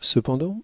cependant